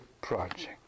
project